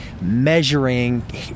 measuring